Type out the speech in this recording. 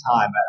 time